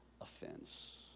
offense